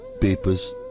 papers